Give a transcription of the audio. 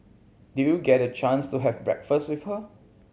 did you get a chance to have breakfast with her